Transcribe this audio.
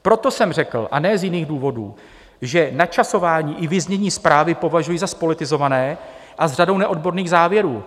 Proto jsem řekl, a ne z jiných důvodů, že načasování i vyznění zprávy považuji za zpolitizované a s řadou neodborných závěrů.